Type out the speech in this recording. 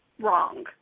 wrong